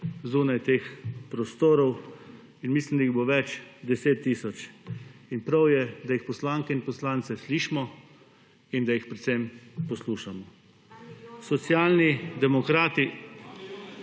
zunaj teh prostorov in mislim, da jih bo več 10 tisoč in je prav, da jih poslanke in poslanci slišimo in da jih predvsem poslušamo. Socialni…